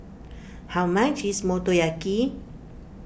how much is Motoyaki